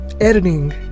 editing